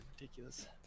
ridiculous